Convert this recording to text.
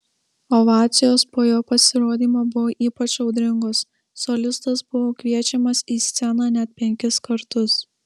ovacijos po jo pasirodymo buvo ypač audringos solistas buvo kviečiamas į sceną net penkis kartus